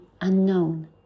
unknown